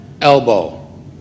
Elbow